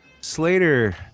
slater